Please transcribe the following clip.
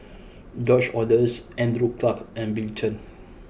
George Oehlers Andrew Clarke and Bill Chen